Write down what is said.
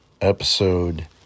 episode